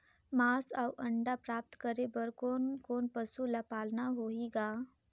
मांस अउ अंडा प्राप्त करे बर कोन कोन पशु ल पालना होही ग?